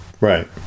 Right